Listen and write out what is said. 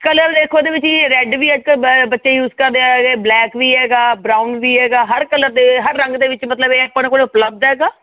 colour ਦੇਖੋ ਉਹਦੇ ਵਿੱਚ ਜੀ ਰੈਡ ਵੀ ਇੱਕ ਬੱਚੇ ਯੂਜ ਕਰਦੇ ਹੈਗੇ ਬਲੈਕ ਵੀ ਹੈਗਾ ਬਰਾਉਨ ਵੀ ਹੈਗਾ ਹਰ ਕਲਰ ਦੇ ਹਰ ਰੰਗ ਦੇ ਵਿੱਚ ਮਤਲਬ ਇਹ ਆਪਣੇ ਕੋਲ ਉਪਲੱਬਧ ਹੈਗਾ